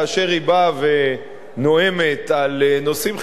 כאשר היא באה ונואמת על נושאים חברתיים,